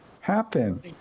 happen